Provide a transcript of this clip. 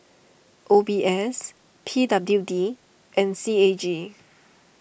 O B S P W D and C A G